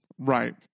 right